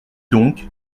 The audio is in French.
donc